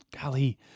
Golly